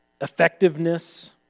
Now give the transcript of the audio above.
effectiveness